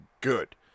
good